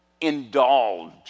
indulge